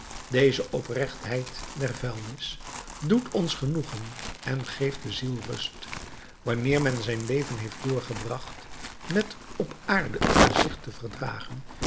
deze oprechtheid der vuilnis doet ons genoegen en geeft de ziel rust wanneer men zijn leven heeft doorgebracht met op aarde het gezicht te verdragen